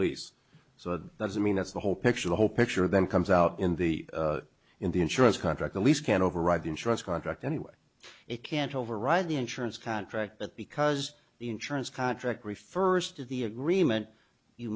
lease so that doesn't mean that's the whole picture the whole picture then comes out in the in the insurance contract the lease can't override the insurance contract anyway it can't override the insurance contract but because the insurance contract refers to the agreement you